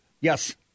yes